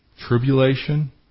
tribulation